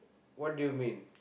what do you mean